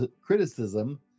criticism